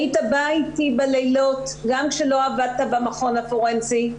היית בא איתי בלילות גם כשלא עבדת במכון הפורנזי,